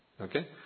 okay